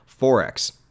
Forex